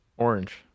orange